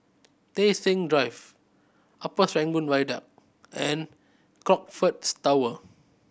Tei Seng Drive Upper Serangoon Viaduct and Crockfords Tower